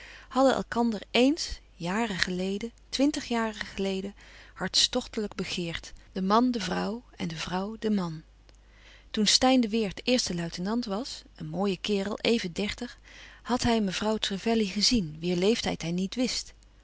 hadden elkander éens jaren geleden twintig jaren geleden hartstochtelijk begeerd de man de vrouw en de vrouw den man toen steyn de weert eerste luitenant was een mooie kerel even dertig had hij mevrouw trevelley gezien wier leeftijd hij niet wist